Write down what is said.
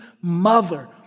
mother